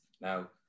Now